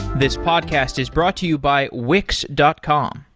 this podcast is brought to you by wix dot com.